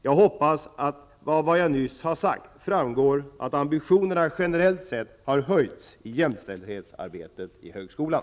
Jag hoppas att det av vad jag nyss sade har framgått att ambitionerna generellt sett har höjts i jämställdhetsarbetet inom högskolan.